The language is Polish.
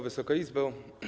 Wysoka Izbo!